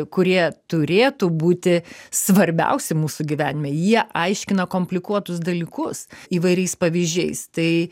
kurie turėtų būti svarbiausi mūsų gyvenime jie aiškina komplikuotus dalykus įvairiais pavyzdžiais tai